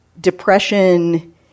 depression